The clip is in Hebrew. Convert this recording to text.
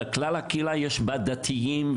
ובכל קהילה יש דתיים,